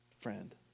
friend